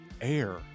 air